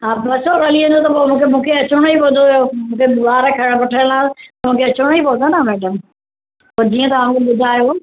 हा बस हली वेंदी त पोइ मूंखे मूंखे अचिणो ई पवंदो मूंखे ॿार खणनि वठण लाइ मूंखे अचिणो ई पवंदो न मैडम पोइ जीअं तव्हां मूंखे ॿुधायो